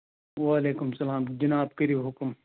وعلیکُم اسلام جِناب کٔرِو حکُم